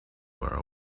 were